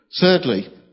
Thirdly